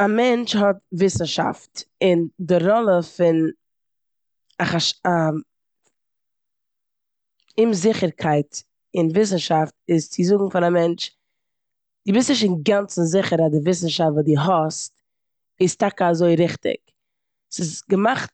א מענטש האט וויסנשאפט און די ראלע פון א- א אומזיכערקייט אין וויסנשאפט איז צו זאגן פאר א מענטש "דו ביסט נישט אינגאנצן זיכער אז די וואוסנשאפט וואס דו האסט איז טאקע אזוי ריכטיג". ס'איז געמאכט